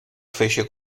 fece